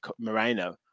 Moreno